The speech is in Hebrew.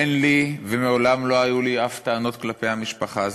אין לי ומעולם לא היו לי שום טענות כלפי המשפחה הזאת.